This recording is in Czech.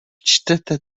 čtete